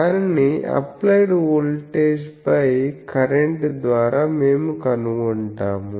దానిని applied voltage by current ద్వారా మేము కనుగొంటాము